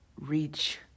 Reach